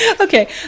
Okay